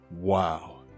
wow